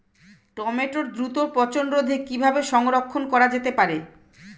টমেটোর দ্রুত পচনরোধে কিভাবে সংরক্ষণ করা যেতে পারে?